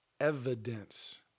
evidence